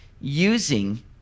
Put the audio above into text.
using